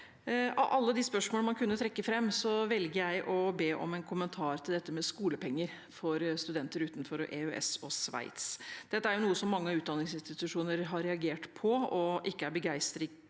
Av alle de spørsmål man kunne trekke fram, velger jeg å be om en kommentar til dette med skolepenger for studenter utenfor EØS og Sveits. Dette er noe mange utdanningsinstitusjoner har reagert på og ikke er begeistret